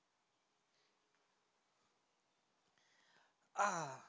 ah